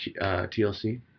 TLC